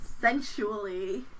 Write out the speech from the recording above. sensually